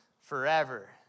forever